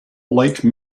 like